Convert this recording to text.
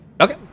Okay